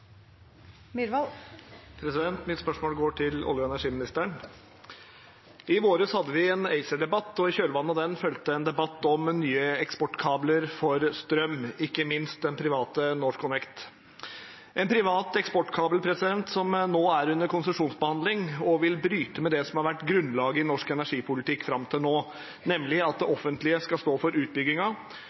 Mitt spørsmål går til olje- og energiministeren. I vår hadde vi en ACER-debatt, og i kjølvannet av den fulgte en debatt om nye eksportkabler for strøm, ikke minst den private NorthConnect – en privat eksportkabel som nå er under konsesjonsbehandling, og som vil bryte med det som har vært grunnlaget i norsk energipolitikk fram til nå, nemlig at det offentlige skal stå for